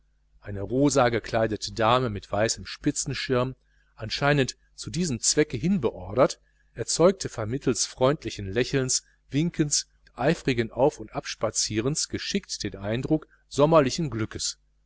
eine rosagekleidete dame mit weißem spitzenschirm anscheinend zu diesem zwecke hinbeordert erzeugte vermittels freundlichen lächelns winkens und eifrigen auf und abspazierens geschickt den eindruck sommerlichen glückes